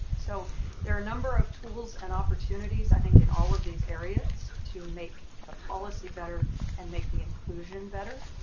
so there are a number of tools and opportunities i think in all of these areas to make the policy better and make the inclusion better.